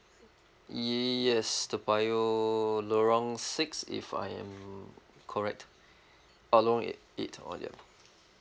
yes toa payoh lorong six if I am correct oh lorong ei~ eight oh ya